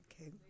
Okay